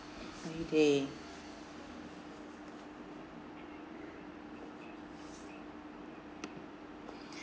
holiday